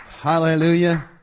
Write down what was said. Hallelujah